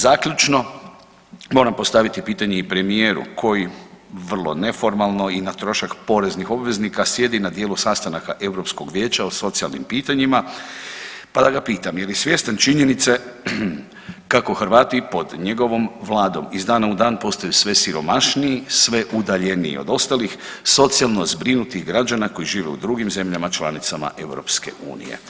Zaključno, moram postaviti pitanje i premijeru koji vrlo neformalno i na trošak poreznih obveznika sjedi na dijelu sastanaka Europskog vijeća o socijalnim pitanjima pa da ga pitam, je li svjestan činjenice kako Hrvati pod njegovom vladom iz dana u dan postaju sve siromašniji, sve udaljeniji od ostalih socijalno zbrinutih građana koji žive u drugim zemljama članicama EU?